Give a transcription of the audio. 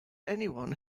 anyone